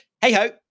hey-ho